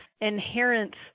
inherent